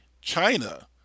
china